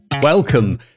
Welcome